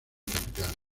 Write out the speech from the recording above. capital